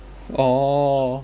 orh